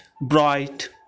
bright